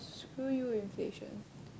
screw you inflation